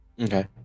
Okay